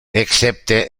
excepte